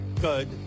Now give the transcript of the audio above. Good